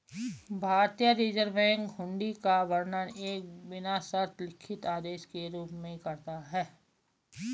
भारतीय reserve bank hundi का वर्णन एक बिना शर्त लिखित आदेश के रूप में करता है